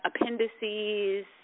appendices